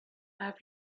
have